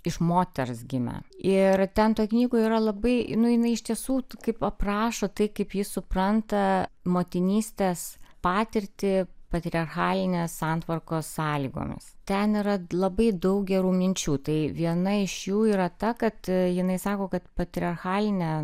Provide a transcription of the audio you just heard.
iš moters gimę ir ten toj knygoj yra labai nu jinai iš tiesų kaip aprašo tai kaip ji supranta motinystės patirtį patriarchalinės santvarkos sąlygomis ten yra labai daug gerų minčių tai viena iš jų yra ta kad jinai sako kad patriarchalinė